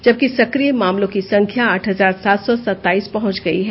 जबकि सक्रिय मामलों की संख्या आठ हजार सात सौ सताईस पहंच गई है